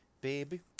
baby